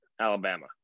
Alabama